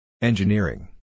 Engineering